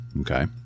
okay